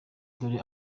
dore